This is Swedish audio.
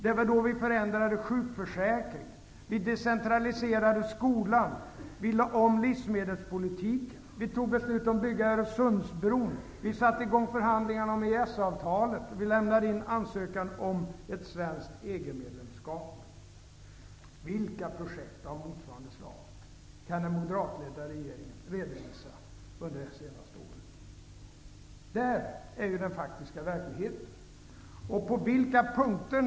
Det var då vi förändrade sjukförsäkringen. Vi decentraliserade skolan och lade om livmedelspolitiken. Vi fattade beslut om att bygga Öresundsbron, satte i gång förhandlingar om EES-avtalet och lämnade in en ansökan om ett svenskt medlemskap i EG. Vilka projekt av motsvarande slag kan den moderatledda regeringen redovisa under det senaste året? Detta är den faktiska verkligheten.